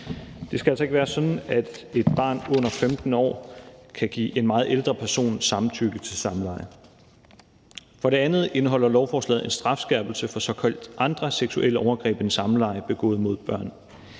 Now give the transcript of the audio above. Det skal altså ikke være sådan, at et barn under 15 år kan give en meget ældre person samtykke til samleje. For det andet indeholder lovforslaget en strafskærpelse for såkaldt andre seksuelle overgreb end samleje begået mod børn.